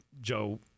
Joe